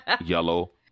yellow